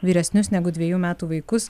vyresnius negu dvejų metų vaikus